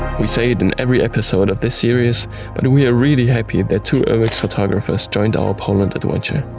we say it in every episode of this series but we are really happy that two urbex photographers joined our poland adventure.